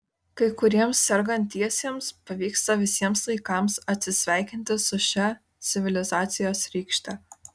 kai kuriems sergantiesiems pavyksta visiems laikams atsisveikinti su šia civilizacijos rykšte